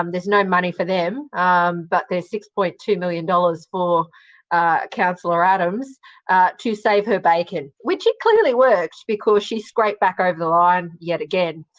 um there's no money for them but there's six point two million dollars for councillor adams to save her bacon. which it clearly worked because she scraped back over the line yet again.